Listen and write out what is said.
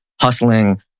hustling